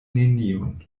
neniun